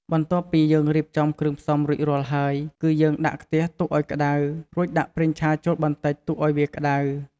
បន្ទាប់ពី យើងរៀបចំគ្រឿងផ្សំរួចរាល់ហើយ គឺយើងដាក់ខ្ទះទុកឲ្យក្តៅ រួចដាក់ប្រេងឆាចូលបន្តិចទុកវាឲ្យក្តៅ។